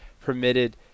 permitted